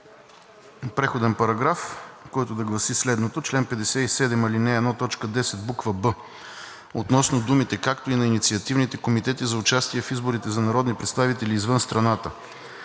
преходен параграф, който да гласи следното: „В чл. 57, ал. 1, т. 10, буква „б“ относно думите „както и на инициативните комитети за участие в изборите за народни представители извън страната“;